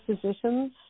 physicians